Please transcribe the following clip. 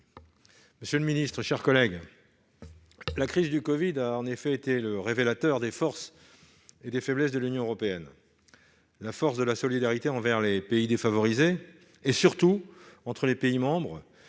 d'État, mes chers collègues, la crise du covid a en effet été le révélateur des forces et des faiblesses de l'Union européenne. La force, c'est celle de la solidarité envers les pays défavorisés et, surtout, entre les pays membres,